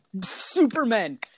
supermen